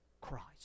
Christ